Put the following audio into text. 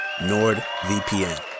nordvpn